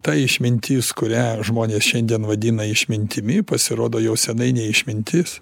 ta išmintis kurią žmonės šiandien vadina išmintimi pasirodo jau seniai ne išmintis